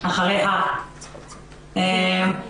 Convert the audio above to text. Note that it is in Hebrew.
חה"כ פורר,